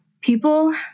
people